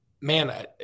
man